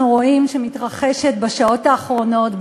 שאנחנו רואים שמתרחשת בשעות האחרונות,